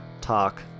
talk